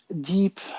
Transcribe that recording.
deep